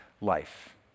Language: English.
life